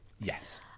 Yes